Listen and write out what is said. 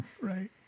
right